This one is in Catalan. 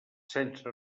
sense